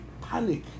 panic